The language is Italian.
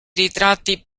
ritratti